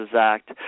Act